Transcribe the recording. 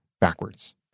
backwards